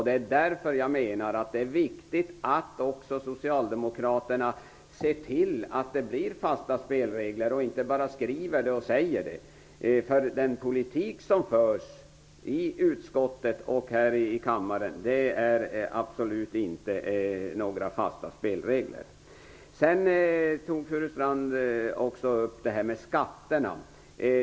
Det är därför jag menar att det är viktigt att också Socialdemokraterna ser till att det blir fasta spelregler och inte bara skriver det och säger det. I den politik som det redogörs för i utskottet och här i kammaren är det absolut inte fråga om några fasta spelregler. Sedan tog Reynoldh Furustrand också upp frågan om skatterna.